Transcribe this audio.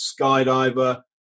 skydiver